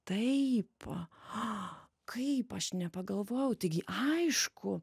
taip a kaip aš nepagalvojau taigi aišku